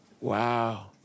Wow